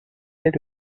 dès